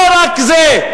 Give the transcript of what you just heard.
לא רק זה,